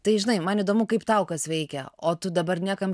tai žinai man įdomu kaip tau kas veikia o tu dabar niekam